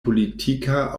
politika